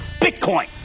Bitcoin